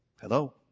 Hello